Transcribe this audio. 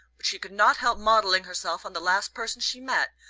but she could not help modelling herself on the last person she met,